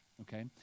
okay